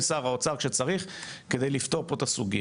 שר האוצר שצריך כדי לפתור פה את הסוגיה,